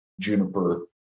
juniper